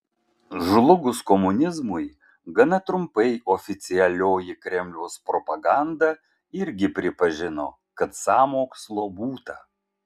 žlugus komunizmui gana trumpai oficialioji kremliaus propaganda irgi pripažino kad sąmokslo būta